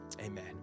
Amen